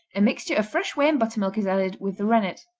a mixture of fresh whey and buttermilk is added with the rennet.